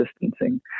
distancing